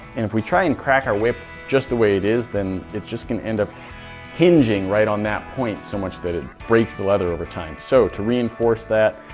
and if we try and crack our whip just the way it is, then it's just going to end up hinging right on that point so much that it breaks the leather over time. so to reinforce that,